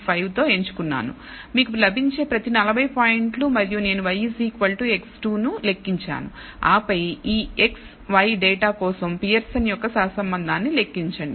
5 తో ఎంచుకున్నాను మీకు లభించే ప్రతి 40 పాయింట్లు మరియు నేను y x2 ను లెక్కించాను ఆపై ఈ x y డేటా కోసం పియర్సన్ యొక్క సహసంబంధాన్ని లెక్కించండి